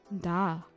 Da